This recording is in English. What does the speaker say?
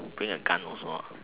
bring a gun also ah